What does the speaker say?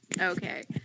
Okay